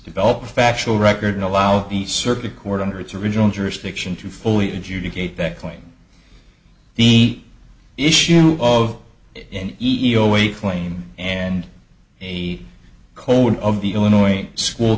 develop a factual record and allow the circuit court under its original jurisdiction to fully educate that claim the issue of in iole a claim and a code of the illinois school